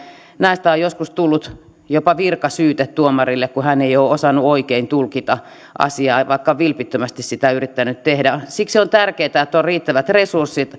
näistä on joskus tullut jopa virkasyyte tuomarille kun hän ei ole osannut oikein tulkita asiaa vaikka on vilpittömästi sitä yrittänyt tehdä siksi on tärkeää että on riittävät resurssit